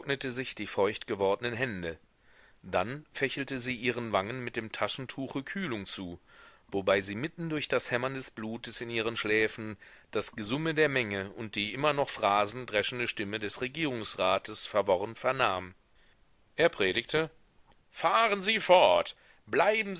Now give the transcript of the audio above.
die feuchtgewordnen hände dann fächelte sie ihren wangen mit dem taschentuche kühlung zu wobei sie mitten durch das hämmern des blutes in ihren schläfen das gesumme der menge und die immer noch phrasen dreschende stimme des regierungsrates verworren vernahm er predigte fahren sie fort bleiben